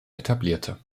etablierte